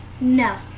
No